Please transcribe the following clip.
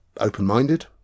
open-minded